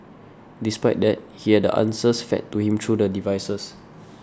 despite that he had the answers fed to him through the devices